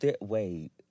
Wait